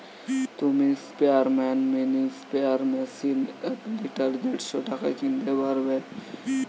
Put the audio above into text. তুমি sprayman mini sprayer machine এক litre দেড়শ টাকায় কিনতে পারবে